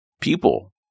people